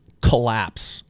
collapse